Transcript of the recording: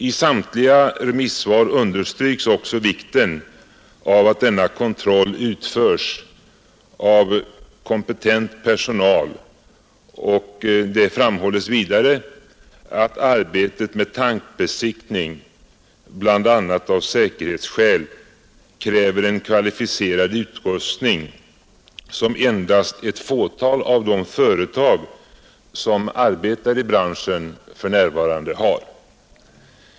I samtliga remissvar understryks också vikten av att denna kontroll utförs av kompetent personal. Det framhålls vidare att arbetet med tankbesiktning, bl.a. av säkerhetsskäl, kräver en kvalificerad utrustning som endast ett fåtal av de företag som arbetar i branschen för närvarande har.